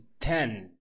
Ten